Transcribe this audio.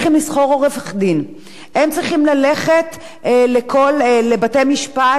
ללכת לבתי-משפט ולטעון את טענתם,